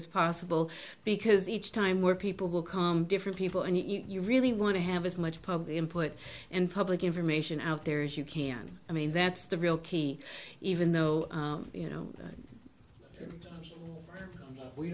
as possible because each time where people will come different people and you really want to have as much pub the input and public information out there as you can i mean that's the real key even though you know we